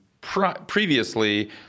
previously